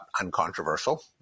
uncontroversial